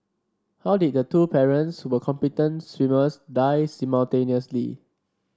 how did the two parents were competent swimmers die simultaneously